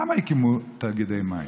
למה הקימו תאגידי מים?